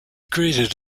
created